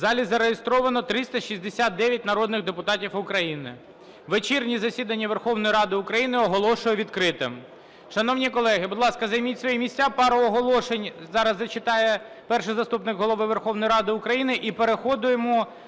В залі зареєстровано 369 народних депутатів України. Вечірнє засідання Верховної Ради України оголошую відкритим. Шановні колеги, будь ласка, займіть свої місця, пару оголошень зараз зачитає Перший заступник Голови Верховної Ради України, і переходимо